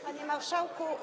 Panie Marszałku!